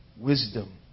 wisdom